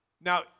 Now